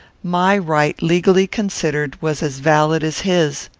my right, legally considered, was as valid as his.